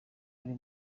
ari